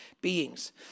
beings